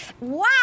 Wow